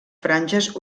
franges